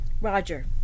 Roger